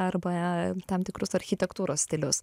arba tam tikrus architektūros stilius